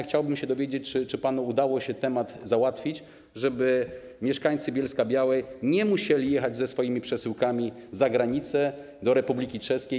Chciałbym się dowiedzieć, czy udało się panu załatwić, żeby mieszkańcy Bielska-Białej nie musieli jechać ze swoimi przesyłkami za granicę, do Republiki Czeskiej.